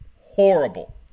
Horrible